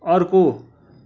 अर्को